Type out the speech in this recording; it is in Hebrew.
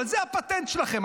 אבל זה הפטנט שלכם.